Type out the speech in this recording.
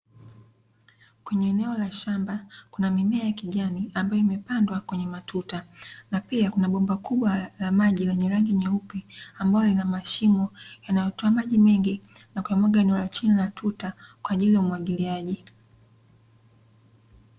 Kwenye eneo la shamba, kuna mimea ya kijani ambayo imepandwa kwenye matuta na pia kuna bomba kubwa la maji lenye rangi nyeupe ambayo ina mashimo yanayotoa maji mengi na kuyamwaga eneo la chini la tuta kwajili ya umwagiliaji.